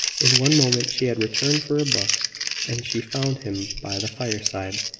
in one moment she had returned for a book and she found him by the fireside,